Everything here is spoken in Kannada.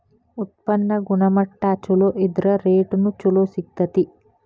ಉತ್ಪನ್ನ ಗುಣಮಟ್ಟಾ ಚುಲೊ ಇದ್ರ ರೇಟುನು ಚುಲೊ ಸಿಗ್ತತಿ